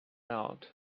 out